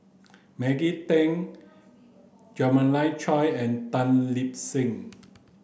Maggie Teng Jeremiah Choy and Tan Lip Seng